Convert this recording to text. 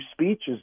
speeches